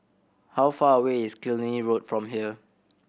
how far away is Killiney Road from here